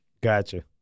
Gotcha